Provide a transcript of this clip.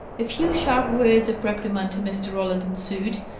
a few sharp words of reprimand to mr. roland ensued,